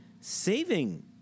saving